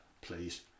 please